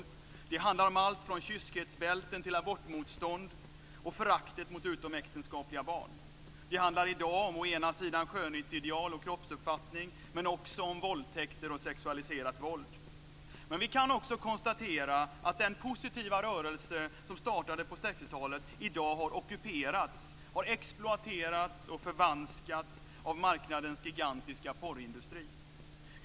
Det handlar om allt från kyskhetsbälten till abortmotstånd och föraktet mot utomäktenskapliga barn. Det handlar i dag om å ena sidan skönhetsideal och kroppsuppfattning men å andra sidan också om våldtäkter och om sexualiserat våld. Men vi kan också konstatera att den positiva rörelse som startade på 60-talet i dag har ockuperats - har exploaterats och förvanskats - av marknadens gigantiska porrindustri.